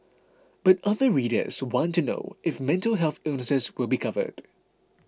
but other readers want to know if mental health illnesses will be covered